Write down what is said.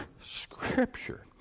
Scripture